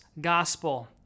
gospel